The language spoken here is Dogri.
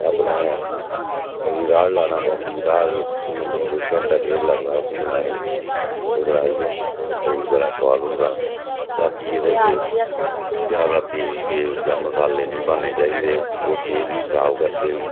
अपने ओह्दी राड़ लाने पौंदी राड़ जेह्की भुन्नियै कोई घैंटा डेढ लगदा उसी बनाने ई ओह् बनाइयै ते ओह् बी बड़ा सुआद होंदा बाकी एह्दे च ज्यादा तेल शेल जां मसाले नी पाने चाहिदे ओह् सेह्त गी खराब करदे न